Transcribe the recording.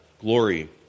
glory